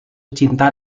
cinta